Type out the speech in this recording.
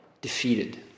defeated